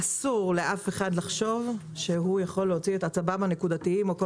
אסור לאף אחד לחשוב שהוא יכול להוציא את עצביו הנקודתיים או כל